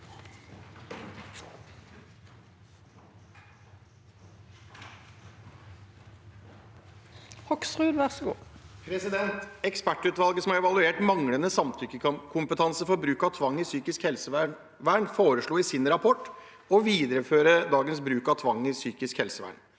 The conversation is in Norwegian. «Ekspertutvalget som har evaluert manglende samtykkekompetanse for bruk av tvang i psykisk helsevern, foreslo i sin rapport å videreføre bruk av tvang i psykisk helsevern.